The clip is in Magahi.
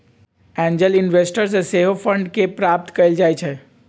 एंजल इन्वेस्टर्स से सेहो फंड के प्राप्त कएल जाइ छइ